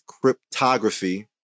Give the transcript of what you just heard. cryptography